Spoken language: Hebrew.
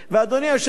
אדוני היושב-ראש,